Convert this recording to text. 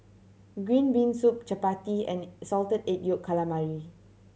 green bean soup chappati and Salted Egg Yolk Calamari